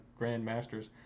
grandmasters